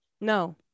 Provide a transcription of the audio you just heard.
No